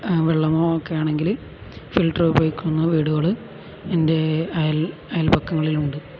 വെള്ളമോ ഒക്കെ ആണെങ്കില് ഫിൽട്ടർ ഉപയോഗിക്കുന്ന വീടുകള് എൻ്റെ അയൽപക്കങ്ങളിലുണ്ട്